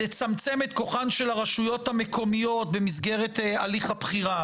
לצמצם את כוחן של הרשויות המקומיות במסגרת הליך הבחירה,